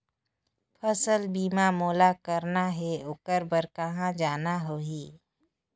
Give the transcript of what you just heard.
फसल बीमा मोला करना हे ओकर बार कहा जाना होही?